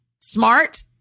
smart